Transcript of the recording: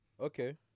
Okay